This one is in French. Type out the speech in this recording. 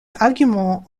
arguments